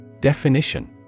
Definition